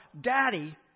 daddy